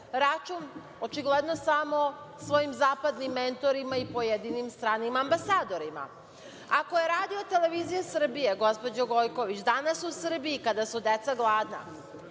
račun očigledno samo svojim zapadnim mentorima i pojedinim stranim ambasadorima. Ako je RTS, gospođo Gojković, danas u Srbiji, kada su deca gladna,